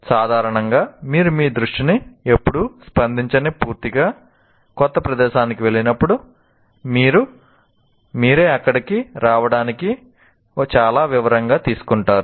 సాధారణంగా మీరు మీ దృష్టిని ఎప్పుడూ సందర్శించని పూర్తిగా క్రొత్త ప్రదేశానికి వెళ్ళినప్పుడు మీరే అక్కడకు రావడానికి చాలా వివరంగా తీసుకుంటారు